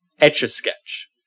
Etch-A-Sketch